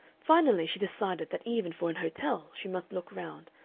finally she decided that even for an hotel she must look round,